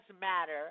Matter